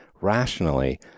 Rationally